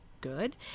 good